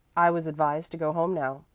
i was advised to go home now,